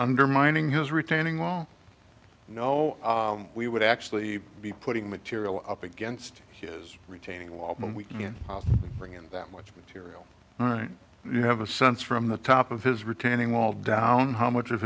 undermining his retaining wall no we would actually be putting material up against his retaining wall and we can bring in that much material all right you have a sense from the top of his retaining wall down how much of